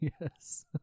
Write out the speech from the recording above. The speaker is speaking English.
Yes